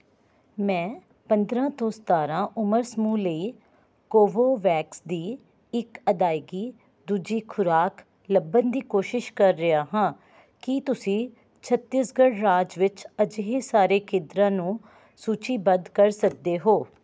ਮੈਂ ਪੰਦਰਾਂ ਤੋਂ ਸਤਾਰਾਂ ਉਮਰ ਸਮੂਹ ਲਈ ਕੋਵੋਵੈਕਸ ਦੀ ਇੱਕ ਅਦਾਇਗੀ ਦੂਜੀ ਖੁਰਾਕ ਲੱਭਣ ਦੀ ਕੋਸ਼ਿਸ਼ ਕਰ ਰਿਹਾ ਹਾਂ ਕੀ ਤੁਸੀਂ ਛੱਤੀਸਗੜ੍ਹ ਰਾਜ ਵਿੱਚ ਅਜਿਹੇ ਸਾਰੇ ਕੇਂਦਰਾਂ ਨੂੰ ਸੂਚੀਬੱਧ ਕਰ ਸਕਦੇ ਹੋ